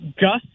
Gus